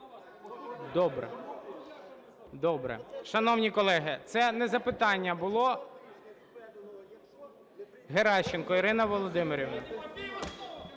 добре. Шановні колеги, це не запитання було. Геращенко Ірина Володимирівна.